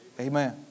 Amen